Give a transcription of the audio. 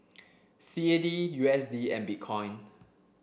C A D U S D and Bitcoin